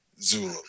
Zulu